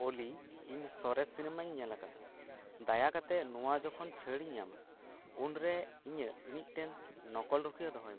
ᱚᱞᱤ ᱤᱧ ᱥᱚᱨᱮᱥ ᱥᱤᱱᱮᱢᱟᱧ ᱧᱮᱞ ᱟᱠᱟᱫᱟ ᱫᱟᱭᱟ ᱠᱟᱛᱮᱫ ᱱᱚᱣᱟ ᱪᱷᱟᱹᱲᱮ ᱧᱟᱢᱟ ᱩᱱᱨᱮ ᱤᱧᱟᱹᱜ ᱢᱤᱫᱴᱟᱝ ᱱᱚᱠᱚᱞ ᱨᱩᱠᱷᱤᱭᱟᱹ ᱫᱚᱦᱚᱭᱢᱮ